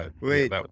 Wait